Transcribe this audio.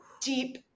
deep